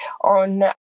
on